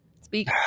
speak